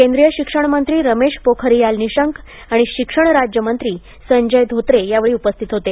केंद्रीय शिक्षण मंत्री रमेश पोखरियाल निशंक आणि शिक्षण राज्यमंत्री संजय धोत्रे यावेळी उपस्थित होते